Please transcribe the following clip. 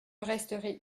resterai